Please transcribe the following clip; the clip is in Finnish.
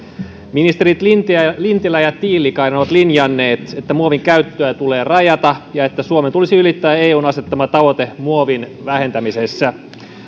ministerit lintilä ja lintilä ja tiilikainen ovat linjanneet että muovin käyttöä tulee rajata ja että suomen tulisi ylittää eun asettama tavoite muovin vähentämisessä